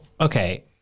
Okay